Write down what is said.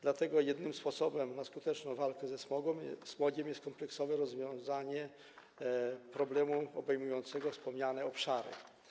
Dlatego jedynym sposobem na skuteczną walkę ze smogiem jest kompleksowe rozwiązanie problemu obejmującego wspomniane obszary.